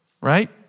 Right